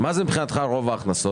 מה זה מבחינתך "רוב ההכנסות"?